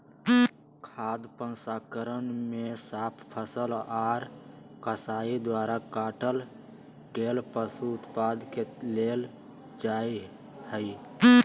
खाद्य प्रसंस्करण मे साफ फसल आर कसाई द्वारा काटल गेल पशु उत्पाद के लेल जा हई